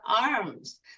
arms